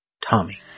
Tommy